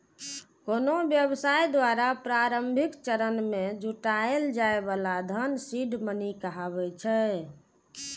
कोनो व्यवसाय द्वारा प्रारंभिक चरण मे जुटायल जाए बला धन सीड मनी कहाबै छै